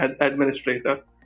administrator